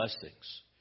blessings